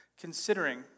considering